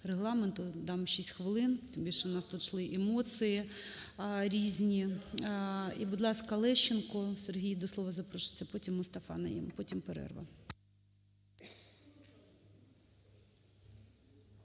дам 6 хвилин, тим більше у нас тут шли емоції різні. І будь ласка, Лещенко Сергій до слова запрошується. Потім – Мустафа Найєм. Потім перерва.